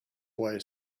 boy